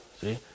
See